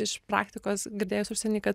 iš praktikos girdėjus užsieny kad